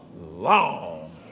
long